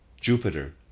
Jupiter